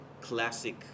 classic